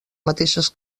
mateixes